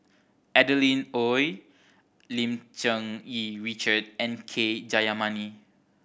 Adeline Ooi Lim Cherng Yih Richard and K Jayamani